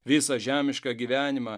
visą žemišką gyvenimą